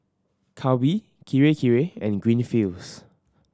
Calbee Kirei Kirei and Greenfields